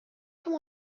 come